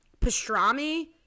pastrami